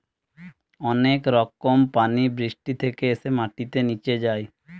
অনেক রকম পানি বৃষ্টি থেকে এসে মাটিতে নিচে যায়